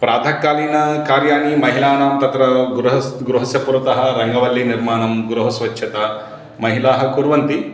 प्रातःकालीनकार्याणि महिलानां तत्र गृहे स् गृहस्य पुरतः रङ्गवल्लिनिर्माणं गृहस्वच्छतां महिलाः कुर्वन्ति